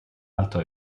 altro